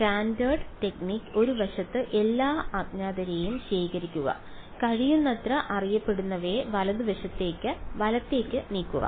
standard technique ഒരു വശത്ത് എല്ലാ അജ്ഞാതരെയും ശേഖരിക്കുക കഴിയുന്നത്ര അറിയപ്പെടുന്നവയെ വലതുവശത്തേക്ക് വലത്തേക്ക് നീക്കുക